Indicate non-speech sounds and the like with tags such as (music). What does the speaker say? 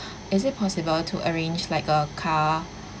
(breath) is it possible to arrange like a car